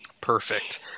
Perfect